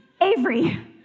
Avery